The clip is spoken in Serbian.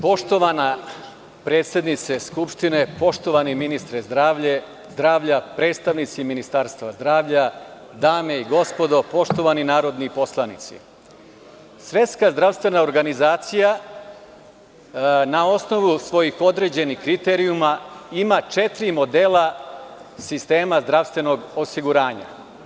Poštovana predsednice Skupštine, poštovani ministre zdravlja, predstavnici Ministarstva zdravlja, dame i gospodo narodni poslanici, Svetska zdravstvena organizacija, na osnovu svojih određenih kriterijuma, ima četiri modela sistema zdravstvenog osiguranja.